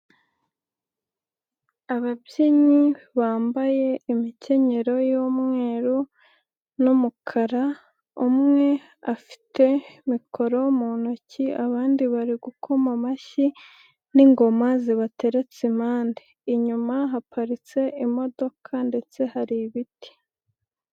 Ababyinnyi bambaye imikenyero y'umweru n'umukara, umwe afite mikoro mu ntoki, abandi bari gukoma amashyi n'ingoma zibateretse impande . Inyuma haparitse imodoka ndetse hari ibiti.